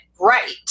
right